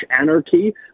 anarchy